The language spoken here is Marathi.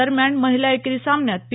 दरम्यान महिला एकेरी सामन्यात पी